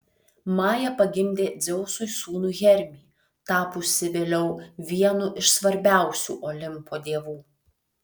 maja pagimdė dzeusui sūnų hermį tapusį vėliau vienu iš svarbiausių olimpo dievų